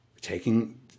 taking